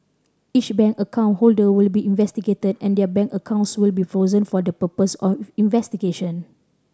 each bank account holder will be investigated and their bank accounts will be frozen for the purpose of investigation